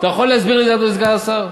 אתה יכול להסביר לנו, סגן השר?